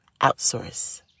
outsource